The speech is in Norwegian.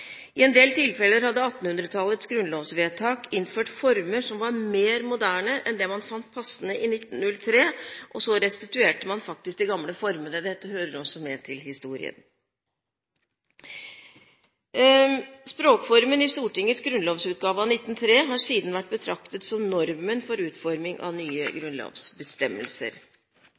I en del tilfeller hadde man i 1800-tallets grunnlovsvedtak innført former som var mer moderne enn det man fant passende i 1903, og så restituerte man de gamle formene. Dette hører også med til historien. Språkformen i Stortingets grunnlovsutgave av 1903 har siden vært betraktet som normen for utforming av nye grunnlovsbestemmelser.